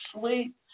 sleep